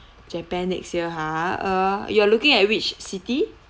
japan next year ha uh you are looking at which city